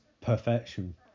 perfection